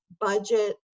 budget